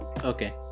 Okay